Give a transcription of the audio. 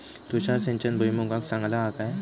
तुषार सिंचन भुईमुगाक चांगला हा काय?